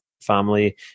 family